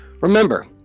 Remember